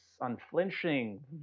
unflinching